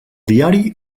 diari